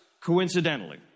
coincidentally